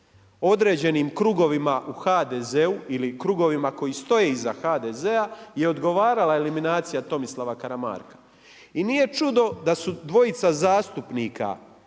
određenim krugovima u HDZ-u ili krugovima koji stoje iza HDZ-a je odgovarala eliminacija Tomislava Karamarka. I nije čudo da su dvojica zastupnika